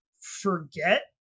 forget